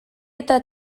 eta